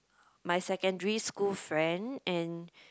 my secondary school friend and